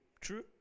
True